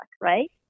right